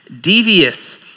devious